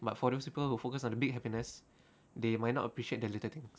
but for those people who focus on the big happiness they might not appreciate the little things